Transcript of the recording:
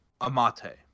Amate